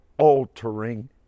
altering